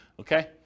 Okay